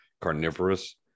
carnivorous